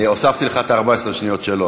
אני הוספתי לך את 14 השניות שלו,